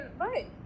Right